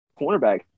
cornerback